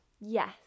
Yes